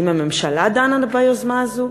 האם הממשלה דנה ביוזמה הזאת?